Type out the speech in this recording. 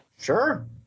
sure